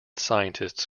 scientists